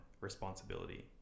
responsibility